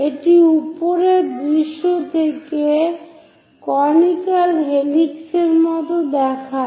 এটি উপরের দৃশ্য থেকে কনিক্যাল হেলিক্সের মত দেখায়